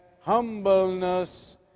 humbleness